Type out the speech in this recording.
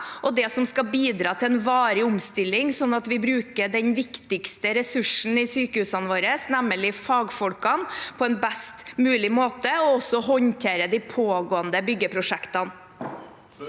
og det som skal bidra til en varig omstilling, sånn at vi bruker den viktigste ressursen i sykehusene våre, nemlig fagfolkene, på en best mulig måte og også håndterer de pågående byggeprosjektene.